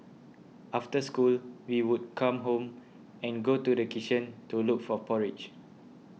after school we would come home and go to kitchen to look for porridge